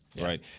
right